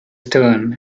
stern